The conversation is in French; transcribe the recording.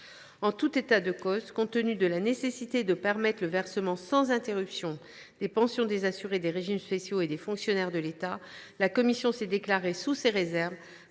En tout état de cause, compte tenu de la nécessité de permettre le versement sans interruption des pensions des assurés des régimes spéciaux et des fonctionnaires de l’État, la commission s’est déclarée, sous ces réserves,